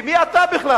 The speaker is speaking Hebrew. מי אתה בכלל?